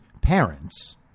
parents